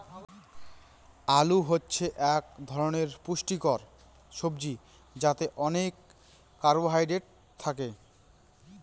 আলু হচ্ছে এক ধরনের পুষ্টিকর সবজি যাতে অনেক কার্বহাইড্রেট থাকে